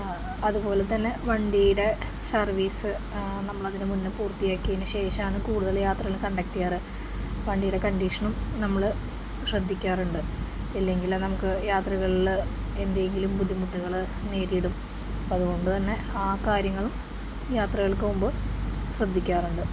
അതുപോലെ തന്നെ വണ്ടിയുടെ സർവീസ് നമ്മളതിന് മുന്നേ പൂർത്തിയാക്കിയതിന് ശേഷമാണ് കൂടുതലും യാത്രകള് കണ്ടക്ട് ചെയ്യാറ് വണ്ടിയുടെ കണ്ടീഷനും നമ്മള് ശ്രദ്ധിക്കാറുണ്ട് ഇല്ലെങ്കില് നമുക്ക് യാത്രകളില് എന്തെങ്കിലും ബുദ്ധിമുട്ടുകള് നേരിടും അപ്പോള് അതുകൊണ്ട് തന്നെ ആ കാര്യങ്ങളും യാത്രകൾക്ക് മുമ്പ് ശ്രദ്ധിക്കാറുണ്ട്